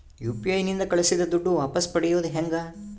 UPI ನಿಂದ ಕಳುಹಿಸಿದ ದುಡ್ಡು ವಾಪಸ್ ಪಡೆಯೋದು ಹೆಂಗ?